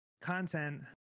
content